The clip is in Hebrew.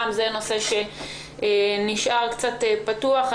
גם זה נושא שנשאר קצת פתוח.